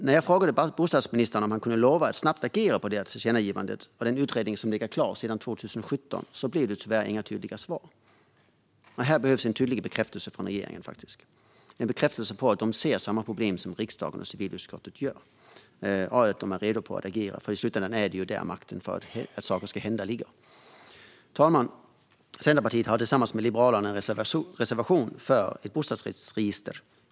När jag frågade bostadsministern om han kunde lova att snabbt agera på tillkännagivandet och den utredning som har legat klar sedan 2017 blev det tyvärr inget tydligt svar. Här behövs faktiskt en tydlig bekräftelse från regeringen om att de ser samma problem som riksdagen och civilutskottet gör och att de är redo att agera. I slutändan är det där som makten över att saker och ting ska hända finns. Fru talman! Centerpartiet har tillsammans med Liberalerna en reservation för ett bostadsrättsregister.